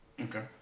Okay